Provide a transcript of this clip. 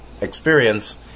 experience